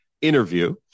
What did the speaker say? interview